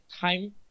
time